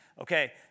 okay